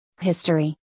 History